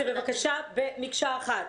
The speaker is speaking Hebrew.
בבקשה אל תשימי את זה במקשה אחת.